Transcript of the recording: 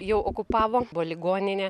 jau okupavo buvo ligoninė